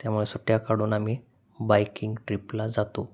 त्यामुळे सुट्ट्या काढून आम्ही बाइकिंग ट्र्रीपला जातो